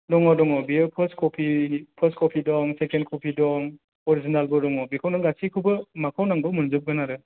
दङ दङ बेयो फार्स्ट कपि दं सेकेन्ड क'पि दं अरिजिनेलबो दङ बेखौ नों गासैखौबो माखौ नांगौ मोनजोबगोन आरो